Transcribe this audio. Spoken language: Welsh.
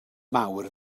mawr